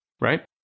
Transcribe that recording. right